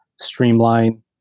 streamline